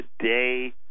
today